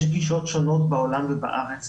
יש גישות שונות בעולם ובארץ,